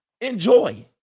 Enjoy